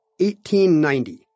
1890